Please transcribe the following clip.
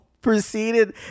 proceeded